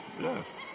Yes